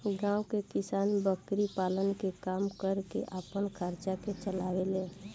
गांव के किसान बकरी पालन के काम करके आपन खर्चा के चलावे लेन